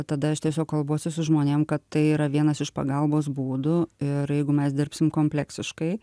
tada aš tiesiog kalbuosi su žmonėm kad tai yra vienas iš pagalbos būdų ir jeigu mes dirbsim kompleksiškai